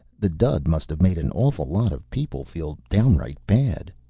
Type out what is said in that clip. the dud must have made an awful lot of people feel downright bad.